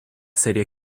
serie